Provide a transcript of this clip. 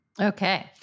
Okay